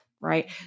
right